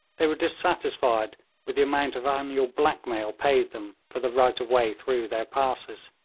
they were dissatisfied with the amount of annual black-mail paid them for the right of way through their passes.